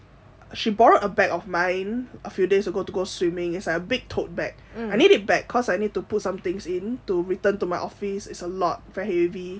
she borrowed a bag of mine a few days ago to go swimming is like a big tote bag I need a bag cause I need to put some things in to return to my office is a lot very heavy